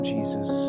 Jesus